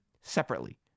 separately